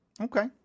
Okay